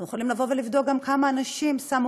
אנחנו יכולים לבדוק גם כמה אנשים שמו